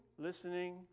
listening